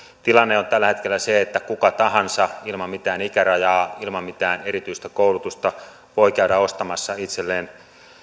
tilanne on tällä hetkellä se että kuka tahansa ilman mitään ikärajaa ilman mitään erityistä koulutusta voi käydä ostamassa itselleen